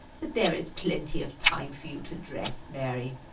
but there is plenty of time for you to dress, mary,